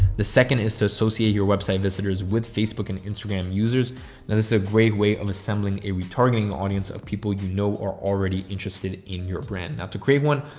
the second is to associate your website visitors with facebook and instagram users. now this is a great way of assembling a retargeting audience of people you know or already interested in your brand, not to create one.